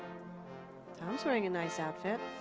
tom's wearing a nice outfit.